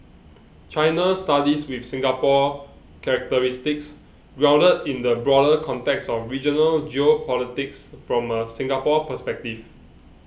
China studies with Singapore characteristics grounded in the broader context of regional geopolitics from a Singapore perspective